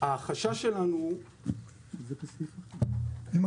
החשש שלנו הוא, שברגע